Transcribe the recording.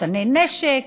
מחסני נשק,